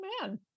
man